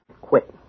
Quit